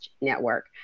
Network